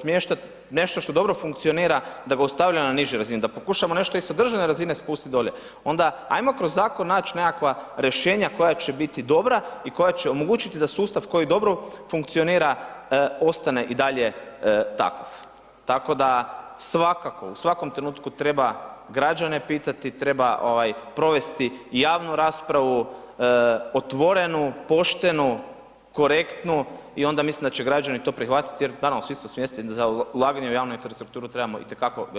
smještat nešto što dobro funkcionira, da ga ostavljamo na nižoj razini, da pokušamo nešto i sa državne razine spustit dolje, onda ajmo kroz zakon nać nekakva rješenja koja će biti dobra i koja će omogućiti da sustav koji dobro funkcionira ostane i dalje takav, tako da svakako, u svakom trenutku treba građane pitati, treba provesti javnu raspravu, otvorenu, poštenu, korektnu i onda mislim da će građani to prihvatit jer naravno svi smo svjesni za ulaganje u javnu infrastrukturu trebamo itekako velika sredstva.